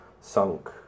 sunk